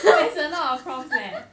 that is a lot of prompts leh